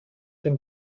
den